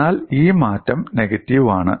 എന്നാൽ ഈ മാറ്റം നെഗറ്റീവ് ആണ്